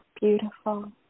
Beautiful